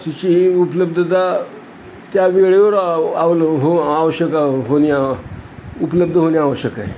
तशी उपलब्धता त्या वेळेवरव आवल हो आवश्यक होणे उपलब्ध होणे आवश्यक आहे